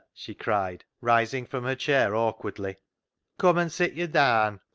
she cried, rising from her chair awkwardly come an' sit yo' daan.